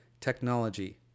technology